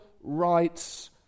rights